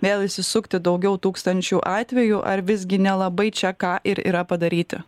vėl įsisukti daugiau tūkstančių atvejų ar visgi nelabai čia ką ir yra padaryti